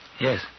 Yes